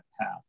path